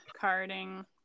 carding